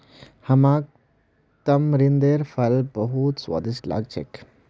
हमाक तमरिंदेर फल बहुत स्वादिष्ट लाग छेक